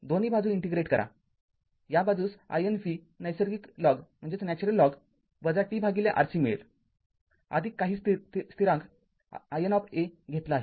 दोन्ही बाजू इंटिग्रेट करा या बाजूस ln v नैसर्गिक लॉग tRC मिळेल काही स्थिरांक In घेतला आहे